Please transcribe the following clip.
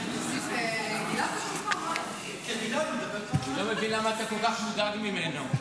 אני לא מבין למה אתה כל כך מודאג ממנו.